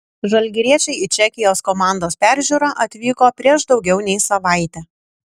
žalgiriečiai į čekijos komandos peržiūrą atvyko prieš daugiau nei savaitę